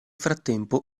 frattempo